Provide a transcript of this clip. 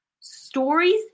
Stories